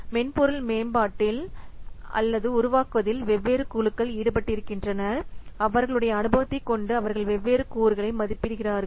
மென்பொருள் மேம்பாட்டில் அல்லது உருவாக்குவதில் வெவ்வேறு குழுக்கள் ஈடுபட்டிருக்கின்றனர் அவர்களுடைய அனுபவத்தை கொண்டு அவர்கள் வெவ்வேறு கூறுகளை மதிப்பிடுகிறார்கள்